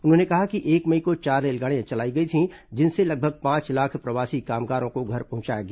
उन्होंने कहा कि एक मई को चार रेलगाड़ियां चलाई गई थीं जिनसे लगभग पांच लाख प्रवासी कामगारों को घर पहुंचाया गया